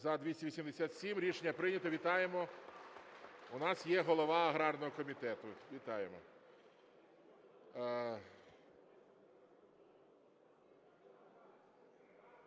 За-287 Рішення прийнято. Вітаємо. У нас є голова аграрного комітету. Вітаємо!